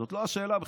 זאת לא השאלה בכלל.